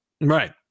Right